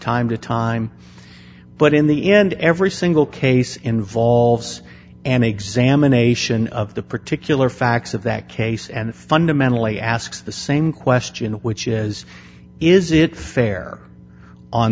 time to time but in the end every single case involves an examination of the particular facts of that case and fundamentally asks the same question which is is it fair on